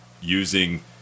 using